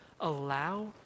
allow